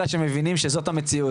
אלא שמבינים שזאת המציאות.